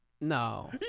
No